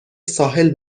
ساحل